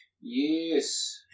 Yes